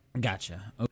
Gotcha